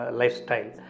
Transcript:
lifestyle